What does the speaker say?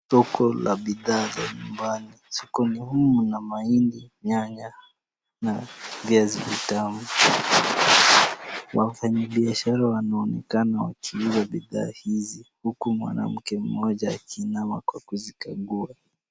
Soko la bidhaa za nyumbani ,sokoni humu mna mahindi ,nyanya na viazi vitamu ,wafanyi biashara wanaonekana wakiuza bidhaa hizi , huku mwanamke mmoja akiinama kwa kuzikagua .